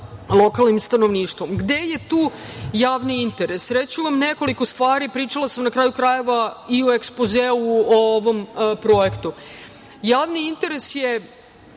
lokalnim stanovništvom. Gde je tu javni interes? Reći ću vam nekoliko stvari, pričala sam, na kraju krajeva, i u ekspozeu o ovom projektu. Javni interes je